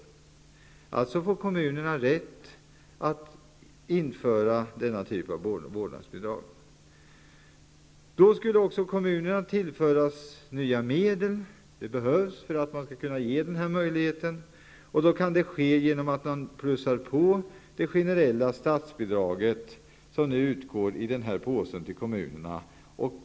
Kommunerna får således rätt att införa denna typ av vårdnadsbidrag. Kommunerna skulle då också tillföras nya medel. Det behövs för att man skall kunna ge den här möjligheten. Det kan ske genom att man ökar det generella statsbidraget som nu utgår i den här påsen till kommunerna.